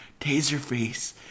Taserface